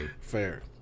Fair